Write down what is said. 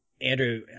Andrew